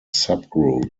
subgroup